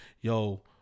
yo